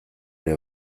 ere